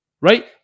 Right